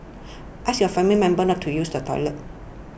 ask your family members not to use the toilet